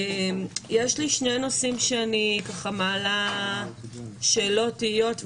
יש לי שני נושאים שאני מעלה שאלות ותהיות,